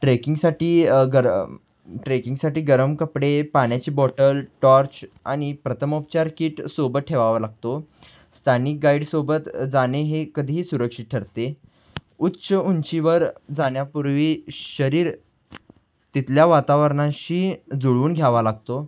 ट्रेकिंगसाठी अगर ट्रेकिंगसाठी गरम कपडे पाण्याची बॉटल टॉर्च आणि प्रथमोपचार किट सोबत ठेवावा लागतो स्थानिक गाईडसोबत जाणे हे कधीही सुरक्षित ठरते उच्च उंचीवर जाण्यापूर्वी शरीर तिथल्या वातावरणाशी जुळवून घ्यावा लागतो